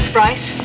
Bryce